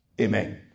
Amen